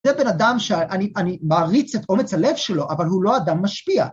זה בן אדם שאני מעריץ את אומץ הלב שלו, אבל הוא לא אדם משפיע.